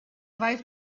wife